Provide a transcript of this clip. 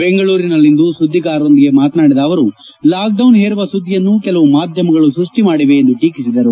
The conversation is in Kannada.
ಬೆಂಗಳೂರಿನಲ್ಲಿಂದು ಸುದ್ದಿಗಾರರೊಂದಿಗೆ ಮಾತನಾಡಿದ ಅವರು ಲಾಕ್ಡೌನ್ ಹೇರುವ ಸುದ್ದಿಯನ್ನು ಕೆಲವು ಮಾಧ್ಯಮಗಳು ಸ್ಪಷ್ಟಿ ಮಾಡಿವೆ ಎಂದು ಟೀಕಿಸಿದರು